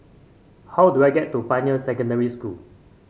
how do I get to Pioneer Secondary School